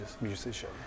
musician